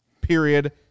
Period